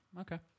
Okay